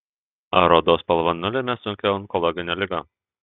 ar odos spalva nulemia sunkią onkologinę ligą